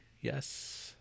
yes